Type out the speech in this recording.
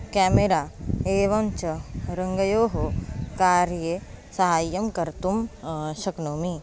camera एवञ्च रङ्गयोः कार्ये साहाय्यं कर्तुं शक्नोमि